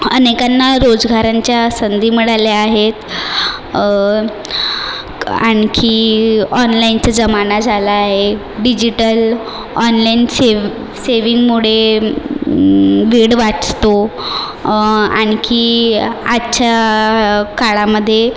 अनेकांना रोजगारांच्या संधी मिळाल्या आहेत आणखी ऑनलाइनचा जमाना झाला आहे डिजिटल ऑनलाइन से सेविंगमुळे वेळ वाचतो आणखी आजच्या काळामध्ये